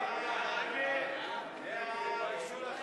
ההצעה להסיר מסדר-היום